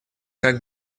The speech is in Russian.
как